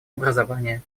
образование